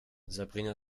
sabrina